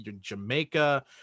jamaica